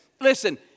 Listen